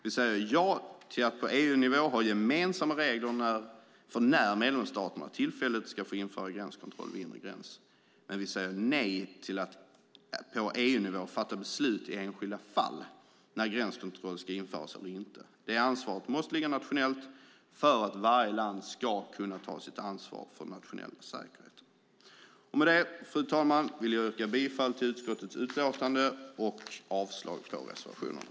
Vi säger ja till att på EU-nivå ha gemensamma regler för när medlemsstaterna tillfälligt ska få införa gränskontroll vid inre gräns, men vi säger nej till att på EU-nivå fatta beslut i enskilda fall när gränskontroll ska införas eller inte. Det ansvaret måste ligga nationellt för att varje land ska kunna ta sitt ansvar för nationell säkerhet. Med det, fru talman, vill jag yrka bifall till förslaget i utskottets utlåtande och avslag på reservationerna.